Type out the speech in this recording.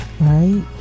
right